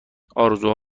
آرزوها